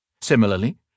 Similarly